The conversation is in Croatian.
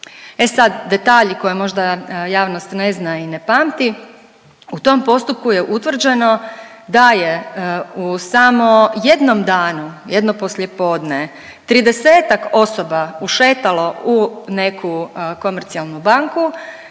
E sad detalji koje možda javnost ne zna i ne pamti. U tom postupku je utvrđeno da je u samo jednom danu, jedno poslijepodne tridesetak osoba ušetalo u neku komercijalnu banku